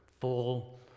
full